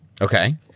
Okay